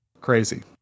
crazy